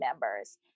members